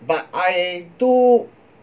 but I too